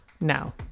Now